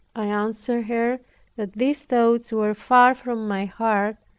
i answered her that these thoughts were far from my heart,